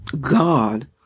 God